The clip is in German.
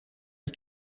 ist